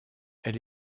elle